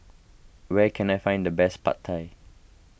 where can I find the best Pad Thai